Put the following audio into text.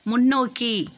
முன்னோக்கி